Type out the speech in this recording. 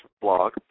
blog